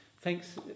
Thanks